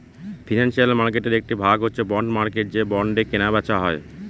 financial মার্কেটের একটি ভাগ হচ্ছে বন্ড মার্কেট যে বন্ডে কেনা বেচা হয়